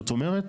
זאת אומרת,